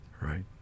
Right